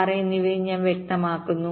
6 എന്നിവയും ഞാൻ വ്യക്തമാക്കുന്നു